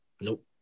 Nope